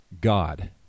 God